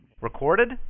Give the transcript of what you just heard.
Recorded